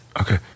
Okay